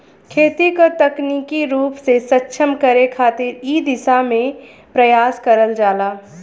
खेती क तकनीकी रूप से सक्षम करे खातिर इ दिशा में प्रयास करल जाला